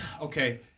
Okay